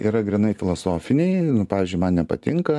yra grynai filosofiniai nu pavyzdžiui man nepatinka